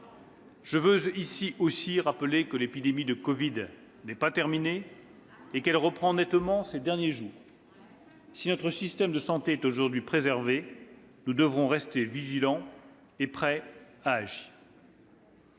Je veux ici, aussi, rappeler que l'épidémie de covid-19 n'est pas terminée. » Ah bon ?« Même, elle reprend, nettement, ces derniers jours. Si notre système de santé est pour l'instant préservé, nous devrons rester vigilants et prêts à agir.